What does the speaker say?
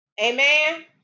amen